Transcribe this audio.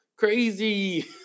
crazy